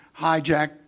hijacked